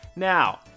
Now